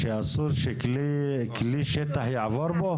שאסור שכלי רכב שטח יעבור בו?